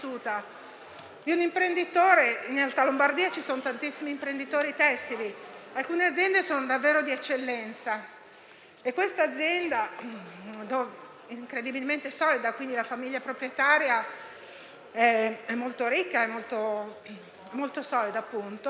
In Alta Lombardia ci sono tantissimi imprenditori tessili, alcune aziende sono davvero di eccellenza, e l'azienda di cui vi parlo è incredibilmente solida, quindi la famiglia proprietaria è molto ricca, molto solida, appunto,